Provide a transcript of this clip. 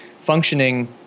functioning